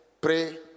pray